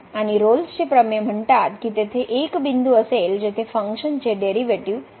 आणि रोलचे प्रमेय म्हणतात की तेथे एक बिंदू असेल जेथे फंक्शनचे डेरीवेटीव 0 असेल